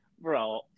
bro